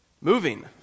Moving